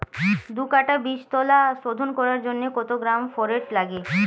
দু কাটা বীজতলা শোধন করার জন্য কত গ্রাম ফোরেট লাগে?